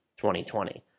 2020